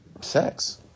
sex